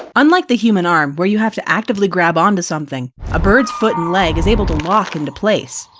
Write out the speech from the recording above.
unlike the human arm, where you have to actively grab onto something, a bird's foot and leg is able to lock into place.